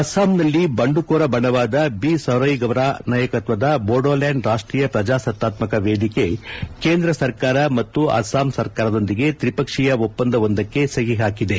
ಅಸ್ಟಾಂನಲ್ಲಿ ಬಂಡುಕೋರ ಬಣವಾದ ಬಿ ಸೌರೈಗ್ಸರ ನಾಯಕತ್ವದಲ್ಲಿ ಬೋಡೋಲ್ಯಾಂಡ್ ರಾಷ್ಟೀಯ ಪ್ರಜಾಸತ್ತಾತ್ಮಕ ವೇದಿಕ್ಲೆ ಕೇಂದ್ರ ಸರ್ಕಾರ ಮತ್ತು ಅಸ್ಸಾಂ ಸರ್ಕಾರದೊಂದಿಗೆ ತ್ರಿಪಕ್ಷೀಯ ಒಪ್ಪಂದ ಒಂದಕ್ಕೆ ಸಹಿ ಹಾಕಿದೆ